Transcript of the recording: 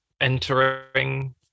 entering